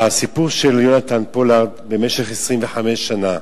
הסיפור של יונתן פולארד, במשך 25 שנה,